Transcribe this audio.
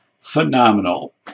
phenomenal